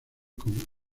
con